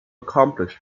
accomplish